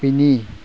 बेनि